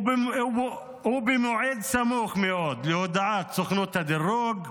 במועד סמוך מאוד להודעת סוכנות הדירוג,